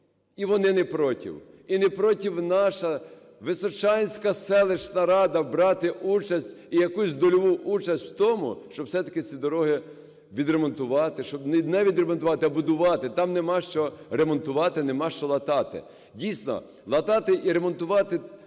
і вони не проти. І не проти наша Височанська селищна рада брати участь, і якусь дольову участь в тому, щоб, все-таки, ці дороги відремонтувати, щоб не відремонтувати, а будувати. Там нема що ремонтувати, нема що латати. Дійсно, латати і ремонтувати